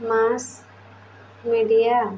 mass media